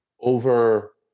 over